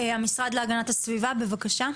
המשרד להגנת הסביבה, בבקשה.